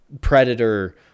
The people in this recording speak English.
predator